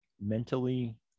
mentally